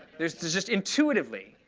there's just intuitively